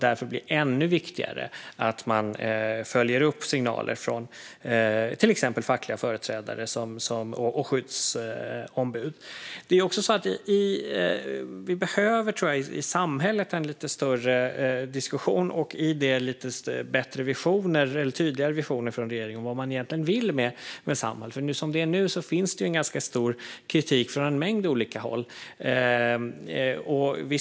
Därför blir det ännu viktigare att följa upp signaler från till exempel fackliga företrädare och skyddsombud. Jag tror också att vi behöver ha en lite större diskussion i samhället och i detta lite tydligare visioner från regeringen vad man egentligen vill med Samhall. Som det är nu finns nämligen en ganska stor kritik från en mängd olika håll.